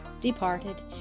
departed